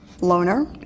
Loner